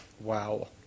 Wow